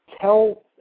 tell